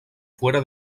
fuera